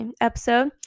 episode